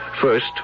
First